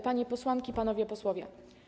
Panie Posłanki i Panowie Posłowie!